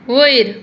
वयर